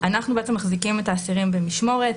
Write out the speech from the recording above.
אנחנו בעצם מחזיקים את האסירים במשמורת.